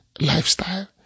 lifestyle